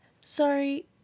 Sorry